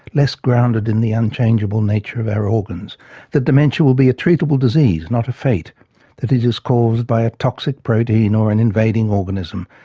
less grounded in the unchangeable nature of our organs that dementia will be a treatable disease, not a fate that it is caused by a toxic protein, or an invading organism,